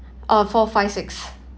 uh four five six